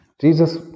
Jesus